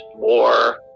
more